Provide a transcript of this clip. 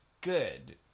good